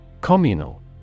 Communal